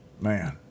man